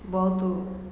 ବହୁତ